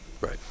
Right